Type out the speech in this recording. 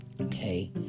Okay